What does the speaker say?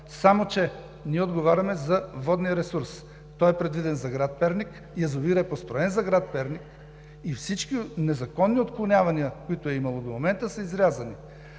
само че ние отговаряме за водния ресурс. Той е предвиден за град Перник. Язовирът е построен за град Перник и всички незаконни отклонявания, които е имало до момента, са изрязани.